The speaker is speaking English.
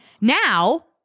Now